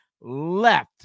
left